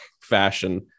fashion